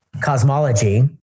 cosmology